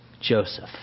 Joseph